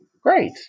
Great